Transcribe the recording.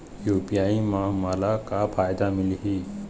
UPI म मोला का फायदा मिलही?